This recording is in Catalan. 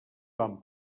van